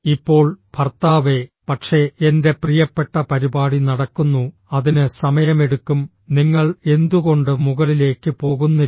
ഇപ്പോൾ ഭർത്താവേ പക്ഷേ എന്റെ പ്രിയപ്പെട്ട പരിപാടി നടക്കുന്നു അതിന് സമയമെടുക്കും നിങ്ങൾ എന്തുകൊണ്ട് മുകളിലേക്ക് പോകുന്നില്ല